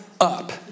up